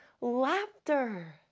laughter